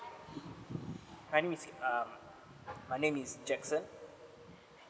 my name is um my name is jackson